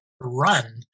run